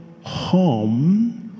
home